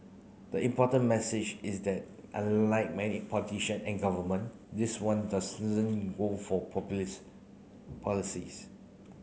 the important message is that unlike many politician and government this one doesn't go for populist policies